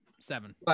seven